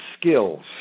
skills